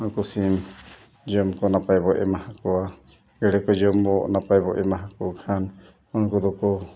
ᱩᱱᱠᱩ ᱥᱤᱢ ᱡᱚᱢ ᱠᱚ ᱱᱟᱯᱟᱭ ᱵᱚᱱ ᱮᱢᱟ ᱠᱚᱣᱟ ᱪᱮᱬᱮ ᱠᱚ ᱡᱚᱢ ᱵᱚ ᱱᱟᱯᱟᱭ ᱵᱚᱱ ᱮᱢᱟ ᱠᱚ ᱠᱷᱟᱱ ᱩᱱᱠᱩ ᱫᱚᱠᱚ